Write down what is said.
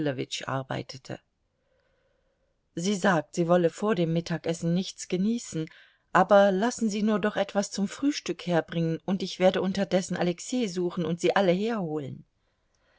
arbeitete sie sagt sie wolle vor dem mittagessen nichts genießen aber lassen sie nur doch etwas zum frühstück herbringen und ich werde unterdessen alexei suchen und sie alle herholen